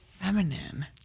feminine